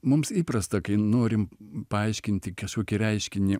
mums įprasta kai norim paaiškinti kažkokį reiškinį